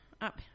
up